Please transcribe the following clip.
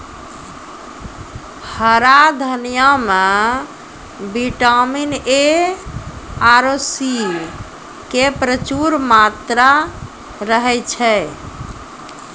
हरा धनिया मॅ विटामिन ए आरो सी के प्रचूर मात्रा रहै छै